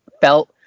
felt